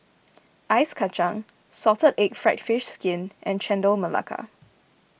Ice Kacang Salted Egg Fried Fish Skin and Chendol Melaka